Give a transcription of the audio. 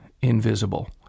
invisible